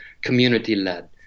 community-led